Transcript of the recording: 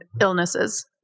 illnesses